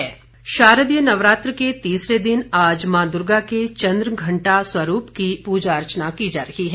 नवरात्र शारदीय नवरात्र के तीसरे दिन आज मां दुर्गा के चंद्रघंटा स्वरूप की प्रजा अर्चना की जा रही है